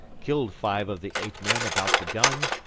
killed five of the eight men about the gun,